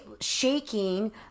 shaking